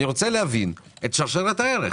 אני רוצה להבין את שרשרת הערך.